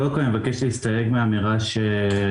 קודם כל אני מבקש להסתייג מהאמירה שנציגי